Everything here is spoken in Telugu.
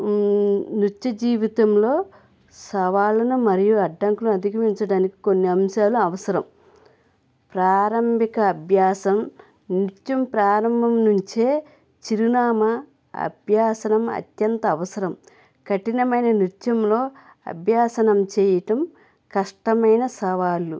నృత్య జీవితంలో సవాళ్ళను మరియు అడ్డంకులును అధికమించడానికి కొన్ని అంశాలు అవసరం ప్రారంభిక అభ్యాసం నిత్యం ప్రారంభం నుంచే చిరునామా అభ్యాసనం అత్యంత అవసరం కఠినమైన నృత్యంలో అభ్యాసనం చేయటం కష్టమైన సవాళ్ళు